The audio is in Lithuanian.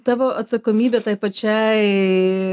tavo atsakomybė tai pačiai